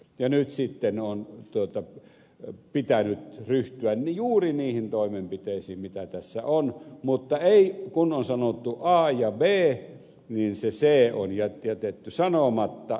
ja nyt sitten on pitänyt ryhtyä juuri niihin toimenpiteisiin mitä tässä on mutta ei kun on sanottu a ja b niin se c on jätetty sanomatta